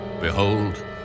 Behold